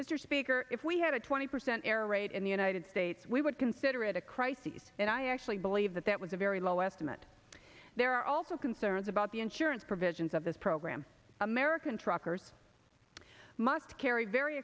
mr speaker if we had a twenty percent error rate in the united states we would consider it a crises and i actually believe that that was a very low estimate there are also concerns about the insurance provisions of this program american truckers must carry very